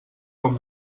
com